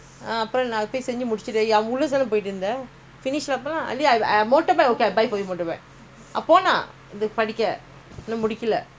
car license you pay அப்பஅப்பபிரீயாதாஓட்டமுடியும்நீஆனா:apa apa freeyatha ootta mudiyum nee aana so everyday you want drive to work now you take motor license